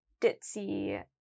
ditzy